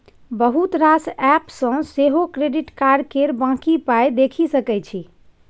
बहुत रास एप्प सँ सेहो क्रेडिट कार्ड केर बाँकी पाइ देखि सकै छी